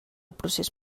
procés